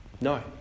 no